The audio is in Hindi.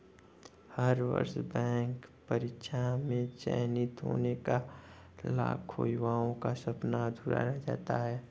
हर वर्ष बैंक परीक्षा में चयनित होने का लाखों युवाओं का सपना अधूरा रह जाता है